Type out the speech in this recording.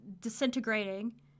disintegrating